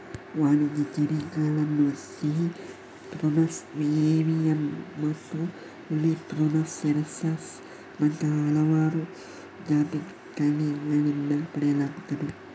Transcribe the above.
ವಾಣಿಜ್ಯ ಚೆರ್ರಿಗಳನ್ನು ಸಿಹಿ ಪ್ರುನಸ್ ಏವಿಯಮ್ಮತ್ತು ಹುಳಿ ಪ್ರುನಸ್ ಸೆರಾಸಸ್ ನಂತಹ ಹಲವಾರು ಜಾತಿಗಳ ತಳಿಗಳಿಂದ ಪಡೆಯಲಾಗುತ್ತದೆ